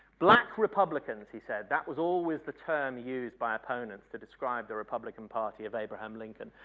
black republicans, he said, that was always the term used by opponents to describe the republican party of abraham lincoln.